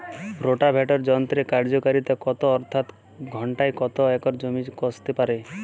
Rotavator যন্ত্রের কার্যকারিতা কত অর্থাৎ ঘণ্টায় কত একর জমি কষতে পারে?